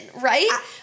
right